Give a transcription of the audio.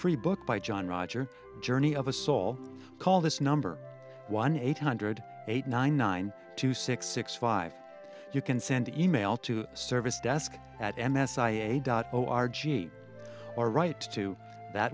free book by john roger journey of a soul call this number one eight hundred eight nine nine two six six five you can send e mail to service desk at m s i a dot o r gene or right to that